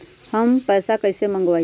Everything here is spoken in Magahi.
हम पैसा कईसे मंगवाई?